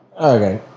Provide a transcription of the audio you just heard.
Okay